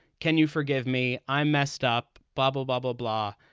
can you forgive me? i messed up. bubble, bubble, blah.